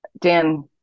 Dan